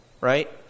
Right